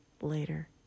later